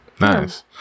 nice